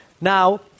Now